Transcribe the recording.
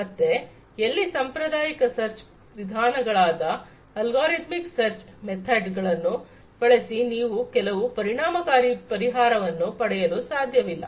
ಮತ್ತೆ ಎಲ್ಲಿ ಸಾಂಪ್ರದಾಯಿಕ ಸರ್ಚ್ ವಿಧಾನಗಳಾದ ಅಲ್ಗಾರಿದಮಿಕ್ ಸರ್ಚ್ ಮೆಥಡ್ ಗಳನ್ನು ಬಳಸಿ ನೀವು ಕೆಲವು ಪರಿಣಾಮಕಾರಿ ಪರಿಹಾರವನ್ನು ಪಡೆಯಲು ಸಾಧ್ಯವಿಲ್ಲ